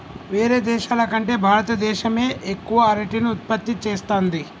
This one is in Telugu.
వేరే దేశాల కంటే భారత దేశమే ఎక్కువ అరటిని ఉత్పత్తి చేస్తంది